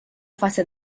fase